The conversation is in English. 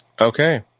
Okay